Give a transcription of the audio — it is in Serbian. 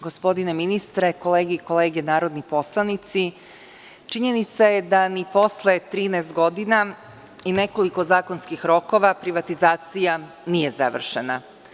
Gospodine ministre, kolege i koleginice narodni poslanici, činjenica je da ni posle 13 godina i nekoliko zakonskih rokova privatizacija nije završena.